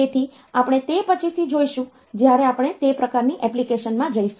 તેથી આપણે તે પછીથી જોઈશું જ્યારે આપણે તે પ્રકારની એપ્લિકેશનમાં જઈશું